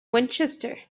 winchester